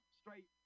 straight